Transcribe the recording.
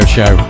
Show